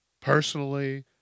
personally